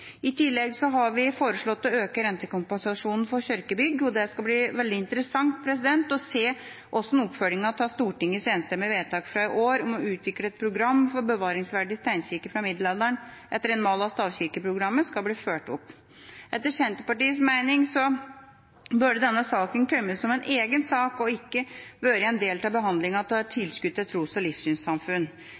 I tillegg har vi foreslått å øke rentekompensasjonen for kirkebygg, og det skal bli veldig interessant å se hvordan Stortingets enstemmige vedtak fra i år om å utvikle et program for bevaringsverdige steinkirker fra middelalderen etter en mal av stavkirkeprogrammet, skal bli fulgt opp. Etter Senterpartiets mening burde denne saken kommet som en egen sak, og ikke ha vært en del av behandlingen av et tilskudd til tros- og livssynssamfunn.